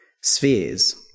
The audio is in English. spheres